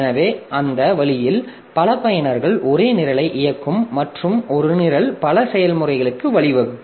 எனவே அந்த வழியில் பல பயனர்கள் ஒரே நிரலை இயக்கும் மற்றும் ஒரு நிரல் பல செயல்முறைகளுக்கு வழிவகுக்கும்